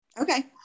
okay